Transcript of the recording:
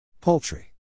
Poultry